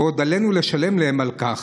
ועוד עלינו לשלם להם על כך.